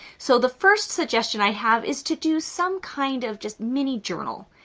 so the first suggestion i have is to do some kind of just mini journal,